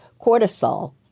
cortisol